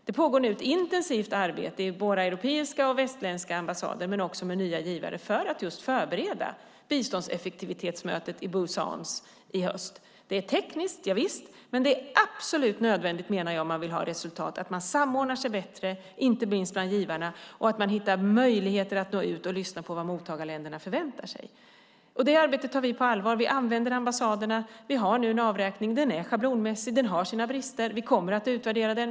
Det pågår nu ett intensivt arbete vid våra europeiska och västerländska ambassader, men också med nya givare, för att förbereda biståndseffektivitetsmötet i Pusan i höst. Det är tekniskt, javisst, men om man vill ha resultat är det absolut nödvändigt att man samordnar sig bättre, inte minst bland givarna, och att man hittar möjligheter att nå ut och lyssna på vad mottagarländerna förväntar sig. Det arbetet tar vi på allvar. Vi använder ambassaderna. Vi har nu en avräkning. Den är schablonmässig och har sina brister. Vi kommer att utvärdera den.